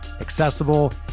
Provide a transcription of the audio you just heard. accessible